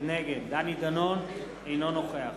נגד דני דנון, אינו נוכח